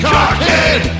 Cockhead